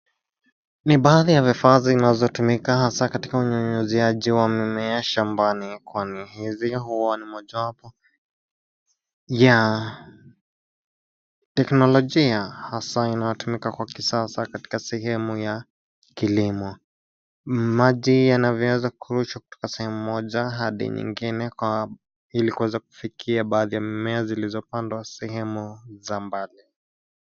Ni baadhi ya vifaa zinazotumika hasaa katika unyunyiziaji wa mimea shambani kwani hizi huwa ni mojawapo, ya, teknolojia, hasa inayotumika kwa kisasa katika sehemu ya, kilimo, maji yanavyoweza kurushwa kutoka sehemu moja hadi nyingine kwa, ilikuweza kufikia baadhi ya mimea zilizopandwa, sehemu za mbali.